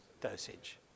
dosage